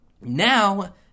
Now